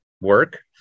work